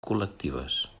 col·lectives